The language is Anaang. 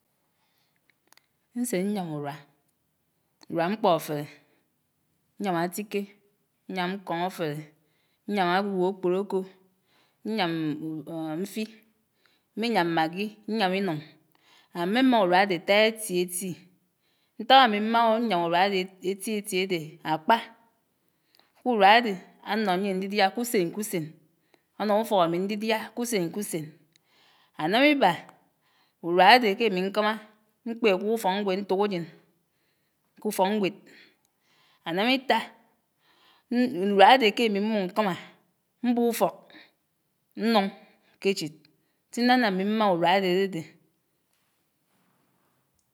Ñnsé ñyam uruá, uruá mkpóféré, ñyám átíké, ñyám ñkóñáféré, ñyám íwuò ákpòròkò, ñyám mfí, mmé yám maggi, ñyám ínuñ. Ámmémá uruá dé átáá étíétí. Ñták ámí mmáhá ñyam uruá adé étíétí ádé ákpá; uruá adé anó nyien ñdídá k'usen k'usen, ánó ufók ámi ñdidiá k'usen k'usen. Ánám íba, uruá dé k'ámi ñkámá mkpè ákuk ufókñgwed ñntokágen k'ufokñgwed. Ánam íta uruá dé k'ámi mmò ñkámá mmbub ufók ñnuñ k'echid. Sínam n'ámi mmá urua adé ádédé.